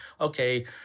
okay